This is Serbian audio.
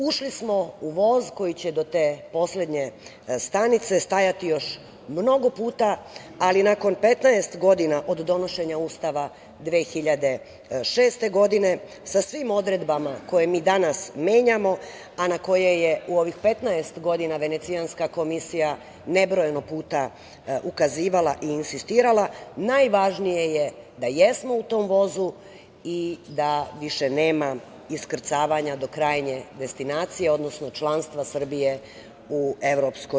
Ušli smo u voz koji će do te poslednje stanice stajati još mnogo puta, ali nakon 15 godina od donošenja Ustava 2006. godine, sa svim odredbama koje mi danas menjamo a na koje je u ovih 15 godina Venecijanska komisija nebrojano puta ukazivala i insistirala, najvažnije je da jesmo u tom vozu i da više nema iskrcavanja do krajnje destinacije, odnosno članstva Srbije u EU.